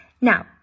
Now